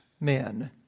men